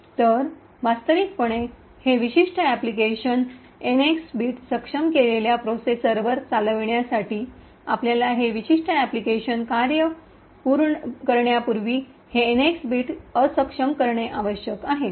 तर वास्तविकपणे हे विशिष्ट ऐप्लकेशन अनुप्रयोग एनएक्स बिट सक्षम केलेल्या प्रोसेसरवर चालविण्यासाठी आपल्याला हे विशिष्ट ऐप्लकेशन कार्य करण्यापूर्वी हे एनएक्स बिट अक्षम करणे आवश्यक आहे